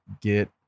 get